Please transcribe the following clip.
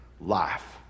life